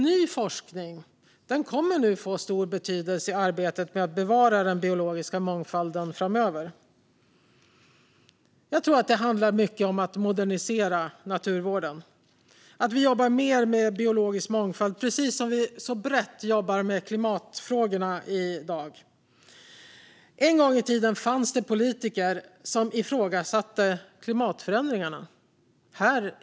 Ny forskning kommer att få stor betydelse i arbetet med att bevara den biologiska mångfalden framöver. Jag tror att det handlar mycket om att modernisera naturvården och att jobba lika brett med biologisk mångfald som vi jobbar med klimatfrågorna. För inte så många år sedan fanns det politiker i Sveriges riksdag som ifrågasatte klimatförändringarna.